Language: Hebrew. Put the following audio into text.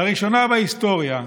לראשונה בהיסטוריה,